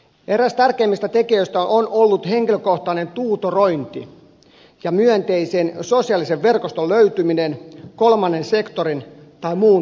eräs tärkeimmistä tekijöistä on ollut henkilökohtainen tutorointi ja myönteisen sosiaalisen verkoston löytyminen kolmannen sektorin tai muun tahon kautta